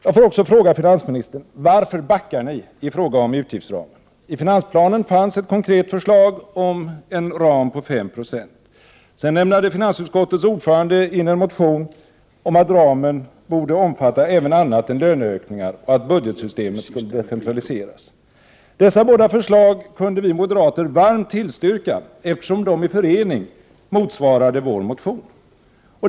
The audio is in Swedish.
Jag får också fråga finansministern: Varför backar ni i fråga om utgiftsramen? I finansplanen fanns ett konkret förslag om en ram på 5 96. Sedan lämnade finansutskottets ordförande in en motion om att ramen borde omfatta även annat än löneökningar och att budgetsystemet borde decentraliseras. Dessa båda förslag kunde vi moderater varmt tillstyrka, eftersom de i förening motsvarade vår motion.